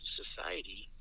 society